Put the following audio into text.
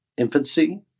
infancy